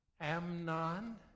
Amnon